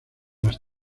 las